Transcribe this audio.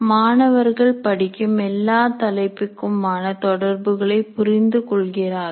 மாணவர்கள் படிக்கும் எல்லா தலைப்புக்கும் ஆன தொடர்புகளை புரிந்து கொள்கிறார்கள்